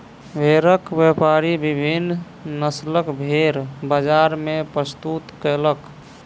भेड़क व्यापारी विभिन्न नस्लक भेड़ बजार मे प्रस्तुत कयलक